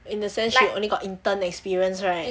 in the sense she only got intern experience right